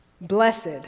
Blessed